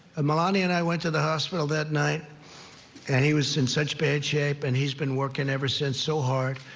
melania and i went to the hospital that night and he was in such bad shape and he's been working ever since so hard.